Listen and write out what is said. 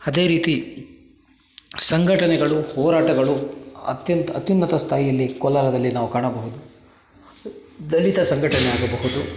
ಅದೇ ರೀತಿ ಸಂಘಟನೆಗಳು ಹೋರಾಟಗಳು ಅತ್ಯಂತ ಅತ್ಯುನ್ನತ ಸ್ಥಾಯಿಯಲ್ಲಿ ಕೋಲಾರದಲ್ಲಿ ನಾವು ಕಾಣಬಹುದು ದಲಿತ ಸಂಘಟನೆ ಆಗಬಹುದು